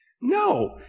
No